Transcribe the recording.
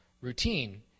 Routine